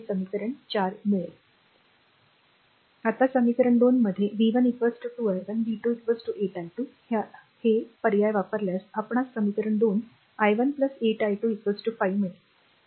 हे समीकरण 4 मिळेल आता समीकरण २ मध्ये r v 1 2 i1 v 2 8 i2 हे पर्याय वापरल्यास आपणास समीकरण 2 i1 8 i2 5 मिळेल जे कि समीकरण 5 आहे